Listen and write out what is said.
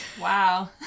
Wow